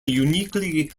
uniquely